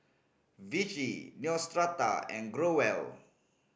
Vichy Neostrata and Growell